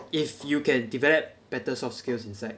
if you can develop better soft skills inside